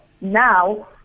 now